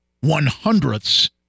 one-hundredths